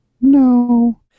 No